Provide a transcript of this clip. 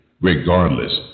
regardless